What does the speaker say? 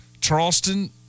Charleston